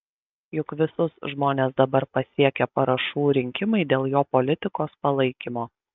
juk visus žmones dabar pasiekia parašų rinkimai dėl jo politikos palaikymo